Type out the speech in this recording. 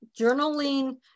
Journaling